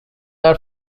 are